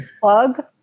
plug